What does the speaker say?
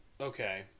okay